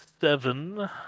seven